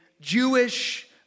Jewish